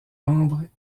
membres